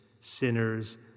sinners